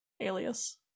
alias